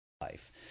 life